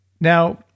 Now